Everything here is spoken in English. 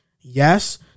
Yes